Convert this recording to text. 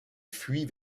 fuit